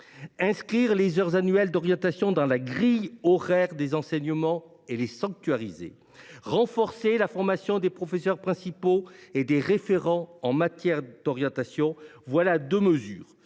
Inscrire les heures d’orientation dans la grille horaire des enseignements et les sanctuariser ; renforcer la formation des professeurs principaux et des référents en matière d’orientation : voilà deux mesures